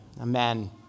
Amen